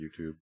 YouTube